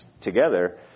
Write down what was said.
together